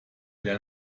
der